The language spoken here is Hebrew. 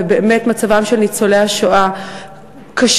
ובאמת מצבם של ניצולי השואה קשה,